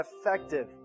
effective